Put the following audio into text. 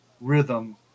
rhythm